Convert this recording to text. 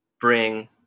bring